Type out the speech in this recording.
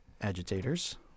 agitators